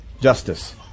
justice